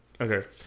Okay